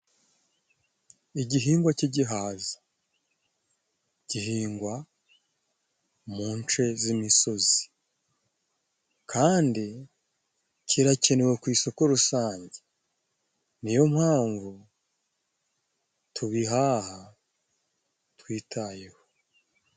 Igihingwa cy' igihaza, gihingwa mu nce zimisozi, kandi kirakenewe ku isoko rusange. Ni yo mpamvu, tubihaha twitayeho.